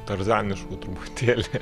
tarzaniškų truputėlį